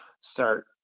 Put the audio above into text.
start